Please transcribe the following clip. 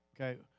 Okay